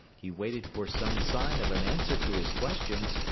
he waited for some sign of an answer to his questions,